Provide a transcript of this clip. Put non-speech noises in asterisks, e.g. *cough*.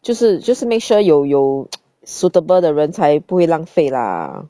就是就是 just make sure 有有 *noise* suitable 的人才不会浪费啦